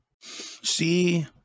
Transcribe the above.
See